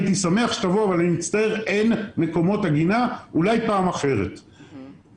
הייתי שמח שתבוא אבל אין מקומות עגינה ואולי בפעם אחרת יהיה מקום.